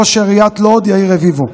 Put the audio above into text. ראש העיר לוד יאיר רביבו.